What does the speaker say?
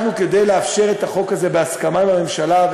כדי לאפשר את החוק הזה בהסכמה עם הממשלה,